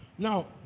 Now